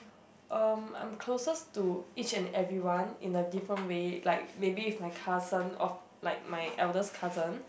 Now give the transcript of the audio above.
um I'm closest to each and everyone in a different way like maybe if my cousin of like my eldest cousin